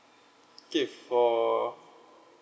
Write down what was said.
okay for